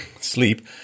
sleep